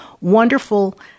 wonderful